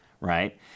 right